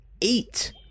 eight